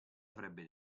avrebbe